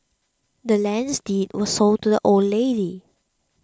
the land's deed was sold to the old lady